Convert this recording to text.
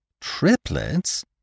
Triplets